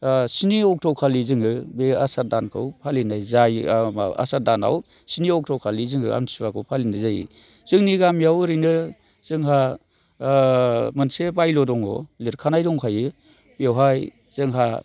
स्नि अक्ट'खालि जोङो बे आसार दानखौ फालिनाय जायो आरो आसार दानाव स्नि अक्ट'खालि जोङो आमसुवाखौ फालिनाय जायो जोंनि गामियाव ओरैनो जोंहा मोनसे बायल' दङ लिरखानाय दंखायो बेवहाय जोंहा